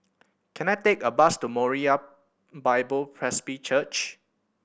can I take a bus to Moriah Bible Presby Church